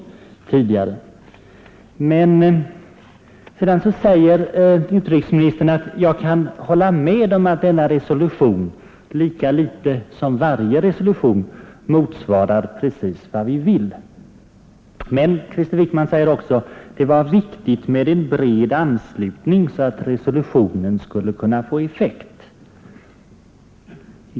Utrikesministern säger att han kan hålla med om att FN-resolutionen lika litet som varje annan resolution motsvarar precis vad Sverige önskat. Men Krister Wickman säger också att det var viktigt med en bred anslutning så att resolutionen skulle kunna få effekt!